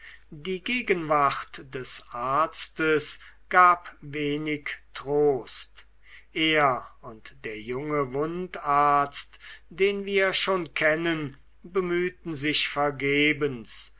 die gegenwart des arztes gab wenig trost er und der junge wundarzt den wir schon kennen bemühten sich vergebens